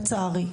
לצערי.